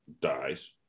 dies